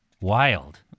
Wild